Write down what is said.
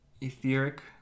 etheric